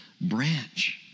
branch